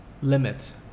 limits